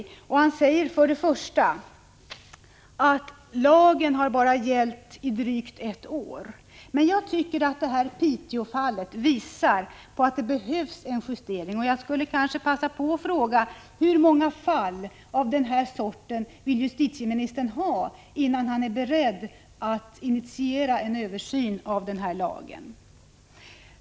Justitieministern säger för det första i svaret att lagen bara har gällt i drygt ett år. Jag tycker emellertid att Piteåfallet visar att det behövs en justering av lagen. Jag vill passa på att fråga: Hur många fall av detta slag vill justitieministern ha innan han är beredd att initiera en översyn av denna lag?